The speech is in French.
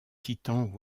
titans